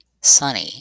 sunny